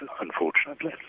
unfortunately